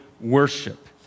worship